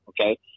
Okay